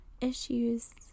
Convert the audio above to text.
issues